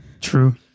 True